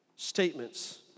statements